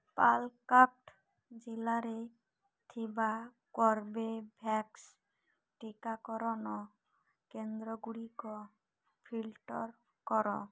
ପାଲକ୍କଡ଼୍ ଜିଲ୍ଲାରେ ଥିବା କର୍ବେଭ୍ୟାକ୍ସ ଟିକାକରଣ କେନ୍ଦ୍ରଗୁଡ଼ିକ ଫିଲ୍ଟର କର